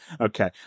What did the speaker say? Okay